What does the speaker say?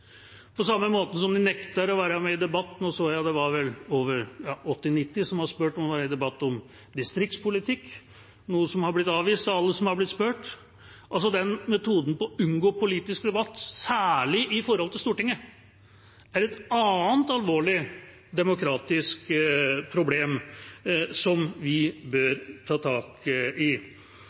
på samme måte som hun nekter å være med i debatten. Nå så jeg det var vel 80–90 som var spurt om å være med i en debatt om distriktspolitikk, noe som er blitt avvist av alle som har blitt spurt. Den metoden for å unngå politisk debatt, særlig i forhold til Stortinget, er et annet alvorlig demokratisk problem som vi bør ta tak i.